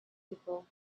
people